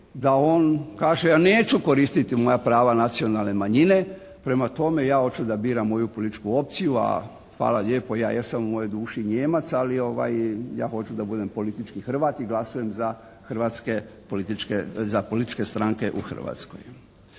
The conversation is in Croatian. da on kaže ja neću koristiti moja prava nacionalne manjine. Prema tome, ja hoću da biram moju političku opciju, a hvala lijepo ja jesam u mojoj duši Nijemac, ali ja hoću da budem politički Hrvat i glasujem za hrvatske, za političke stranke u Hrvatskoj.